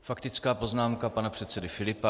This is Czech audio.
Faktická poznámka pana předsedy Filipa.